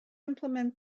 implement